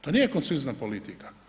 To nije koncizna politika.